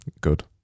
good